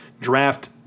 Draft